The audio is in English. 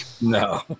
No